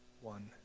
one